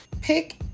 pick